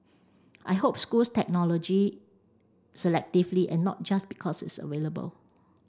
I hope schools technology selectively and not just because it's available